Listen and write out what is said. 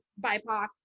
BIPOC